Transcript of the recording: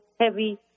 heavy